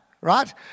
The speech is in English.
right